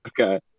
Okay